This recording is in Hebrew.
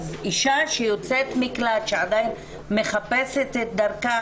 אישה שיוצאת ממקלט ועדיין מחפשת את דרכה